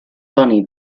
bunny